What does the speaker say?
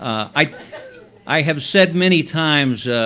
i i have said many times,